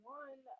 one